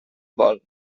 vol